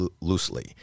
loosely